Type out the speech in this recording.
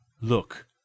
look